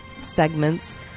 segments